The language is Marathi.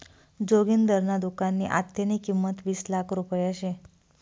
जोगिंदरना दुकाननी आत्तेनी किंमत वीस लाख रुपया शे